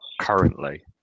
currently